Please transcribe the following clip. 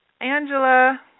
Angela